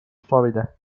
florida